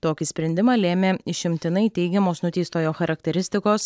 tokį sprendimą lėmė išimtinai teigiamos nuteistojo charakteristikos